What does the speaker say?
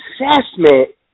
assessment